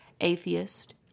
atheist